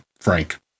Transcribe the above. frank